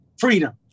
freedom